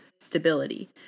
stability